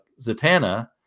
Zatanna